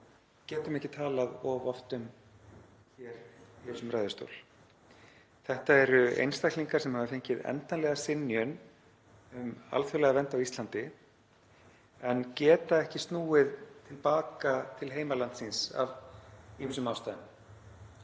getum ekki talað of oft um hér í þessum ræðustól. Þetta eru einstaklingar sem hafa fengið endanlega synjun um alþjóðlega vernd á Íslandi en geta ekki snúið til baka til heimalandsins af ýmsum ástæðum.